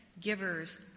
givers